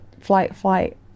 flight-flight